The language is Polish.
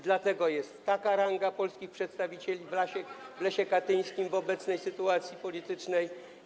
Dlatego jest taka ranga polskich przedstawicieli w lesie katyńskim w obecnej sytuacji politycznej.